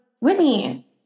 Whitney